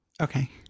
Okay